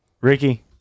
Ricky